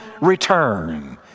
return